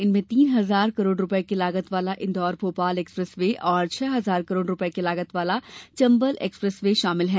इनमें तीन हजार करोड़ रुपये की लागत वाला इंदौर भोपाल एक्सप्रेस वे और छह हजार करोड़ रुपये की लागत वाला चंबल एक्सप्रेस वे शामिल हैं